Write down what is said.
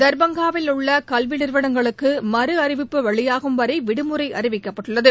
தாபாங்காவில் உள்ள கல்வி நிறுவனங்களுக்கு மறு அறிவிப்பு வெளியாகும் வரை விடுமுறை அறிவிக்கப்பட்டுள்ளது